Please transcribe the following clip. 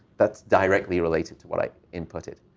that's directly related to what i inputted.